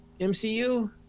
MCU